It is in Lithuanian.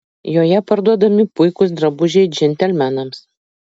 joje parduodami puikūs drabužiai džentelmenams